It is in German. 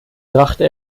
brachte